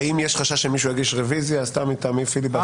האם יש חשש שמישהו יגיש ריוויזיה מטעמי פיליבסטר?